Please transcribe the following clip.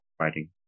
Writing